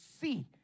see